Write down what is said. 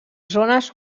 zones